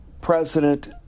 president